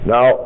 Now